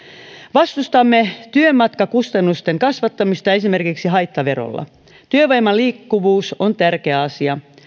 vastustamme työmatkakustannusten kasvattamista esimerkiksi haittaverolla työvoiman liikkuvuus on tärkeä asia